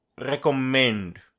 recommend